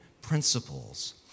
principles